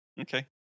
Okay